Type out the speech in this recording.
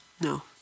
No